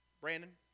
Brandon